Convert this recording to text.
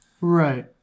right